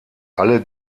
alle